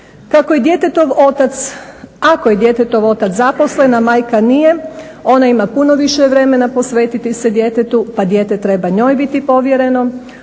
ako je djetetov otac zaposlen, a majka nije onda ima puno više vremena posvetiti se djetetu, pa dijete treba njoj biti povjereno.